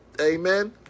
Amen